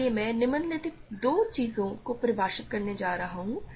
इसलिए मैं निम्नलिखित दो चीजों को परिभाषित करना चाहता हूं